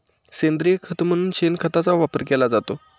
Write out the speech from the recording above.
सेंद्रिय खत म्हणून शेणखताचा वापर केला जातो